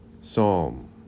Psalm